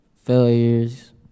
failures